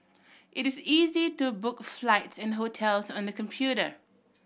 it is easy to book flights and hotels on the computer